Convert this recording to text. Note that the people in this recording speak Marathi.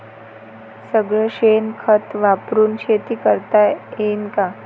सगळं शेन खत वापरुन शेती करता येईन का?